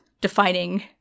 defining